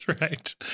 Right